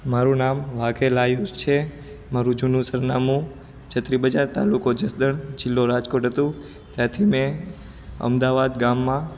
મારું નામ વાઘેલા આયુસ છે મારુ જૂનું સરનામું છત્રી બજાર તાલુકો જસદણ જિલ્લો રાજકોટ હતું ત્યાંથી મેં અમદાવાદ ગામમાં